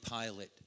Pilate